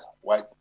white